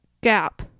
gap